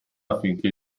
affinché